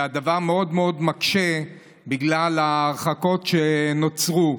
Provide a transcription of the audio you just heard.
והדבר מאוד מאוד קשה בגלל ההרחקות שנוצרו.